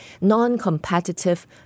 non-competitive